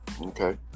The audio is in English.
Okay